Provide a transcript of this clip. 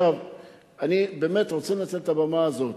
אני באמת רוצה לנצל את הבמה הזאת.